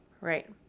Right